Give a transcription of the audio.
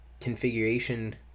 configuration